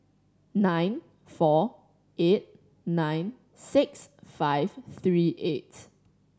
nine four eight nine six five three eight